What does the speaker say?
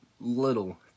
little